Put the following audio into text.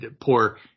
Poor